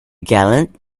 gallant